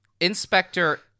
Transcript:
Inspector